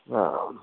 हा